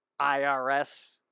IRS